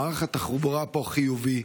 ומערך התחבורה פה חיוני,